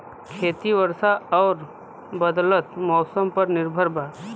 खेती वर्षा और बदलत मौसम पर निर्भर बा